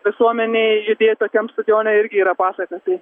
visuomenei judėti tokiam stadione irgi yra pasaka tai